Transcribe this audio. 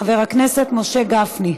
חבר הכנסת משה גפני.